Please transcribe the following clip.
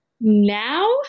Now